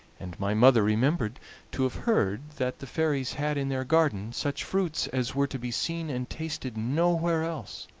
and my mother remembered to have heard that the fairies had in their garden such fruits as were to be seen and tasted nowhere else.